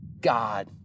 God